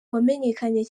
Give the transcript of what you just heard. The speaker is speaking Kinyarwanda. wamenyekanye